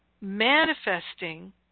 manifesting